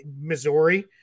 Missouri